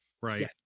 Right